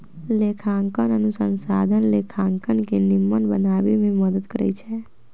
लेखांकन अनुसंधान लेखांकन के निम्मन बनाबे में मदद करइ छै